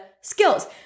skills